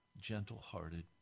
gentle-hearted